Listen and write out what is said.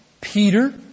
Peter